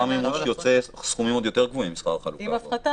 או לחילופין